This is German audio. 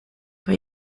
bei